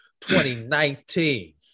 2019